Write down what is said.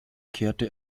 kehrte